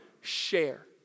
share